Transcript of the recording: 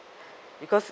because